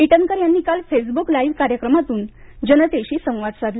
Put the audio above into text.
इटनकर यांनी काल Facebook live कार्यक्रमातून जनतेशी संवाद साधला